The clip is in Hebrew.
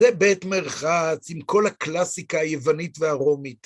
זה בית מרחץ עם כל הקלאסיקה היוונית והרומית.